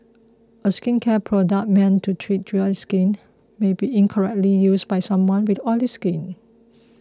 a skincare product meant to treat dry skin may be incorrectly used by someone with oily skin